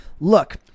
Look